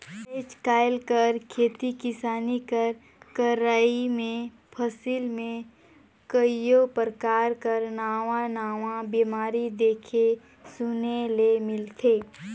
आएज काएल कर खेती किसानी कर करई में फसिल में कइयो परकार कर नावा नावा बेमारी देखे सुने ले मिलथे